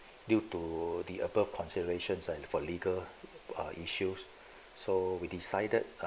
due to the above considerations for legal uh issues so we decided